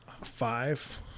five